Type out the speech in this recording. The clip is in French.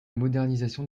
modernisation